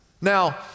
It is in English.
Now